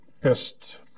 best